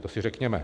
To si řekněme.